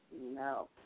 No